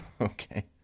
okay